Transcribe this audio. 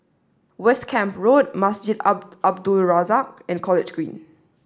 West Camp Road Masjid Al Abdul Razak and College Green